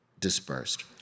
Dispersed